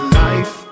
life